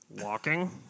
walking